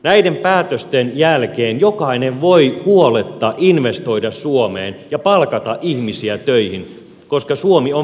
näiden päätösten jälkeen jokainen voi huoletta investoida suomeen ja palkata ihmisiä töihin koska suomi on vahvalla pohjalla